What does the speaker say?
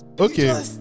Okay